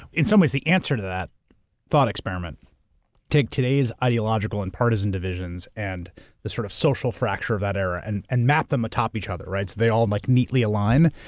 in some ways the answer to that thought experiment take today's ideological and partisan divisions and the sort of social fracture of that era and and map them a top each other, right? so they all like neatly align,